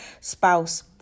spouse